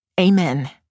Amen